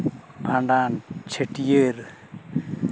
ᱵᱷᱟᱸᱰᱟᱱ ᱪᱷᱟᱹᱴᱭᱟᱹᱨ